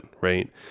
right